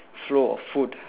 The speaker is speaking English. flow of food